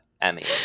Emmy